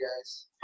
guys